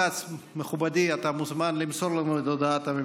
ישיבה כ"ב כנס מיוחד הישיבה העשרים-ושתיים של הכנסת העשרים-ואחת יום